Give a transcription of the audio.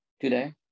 today